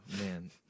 man